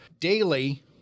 daily